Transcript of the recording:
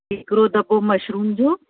हिकिड़ो दॿो मशरुम जो